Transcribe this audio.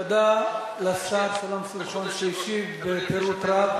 תודה לשר שלום שמחון שהשיב בפירוט רב.